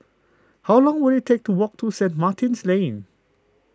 how long will it take to walk to Saint Martin's Lane